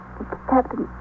Captain